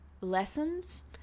Lessons